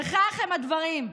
וכך הם הדברים: